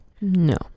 No